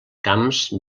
camps